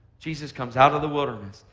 jesus comes out of the wilderness.